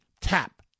tap